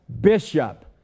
bishop